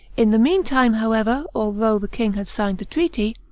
in the mean time, however, although the king had signed the treaty,